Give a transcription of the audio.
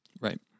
Right